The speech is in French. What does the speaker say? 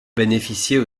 bénéficiait